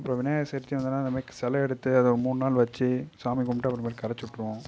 அப்புறம் விநாயகர் சதுர்த்தி வந்ததுனா இந்தமாதிரி செலை எடுத்து அதை மூணு நாள் வச்சு சாமி கும்பிட்டு அப்புறம் கரைச்சி விட்டிருவோம்